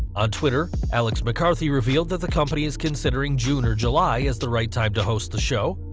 on twitter, alex mccarthy revealed that the company is considering june or july as the right time to host the show,